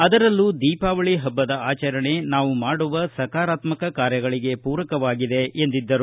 ಅದರಲ್ಲೂ ದೀಪಾವಳಿ ಹಬ್ಬದ ಆಚರಣೆ ನಾವು ಮಾಡುವ ಸಕಾರಾತ್ಮಕ ಕಾರ್ಯಗಳಿಗೆ ಪೂರಕವಾಗಿದೆ ಎಂದಿದ್ದರು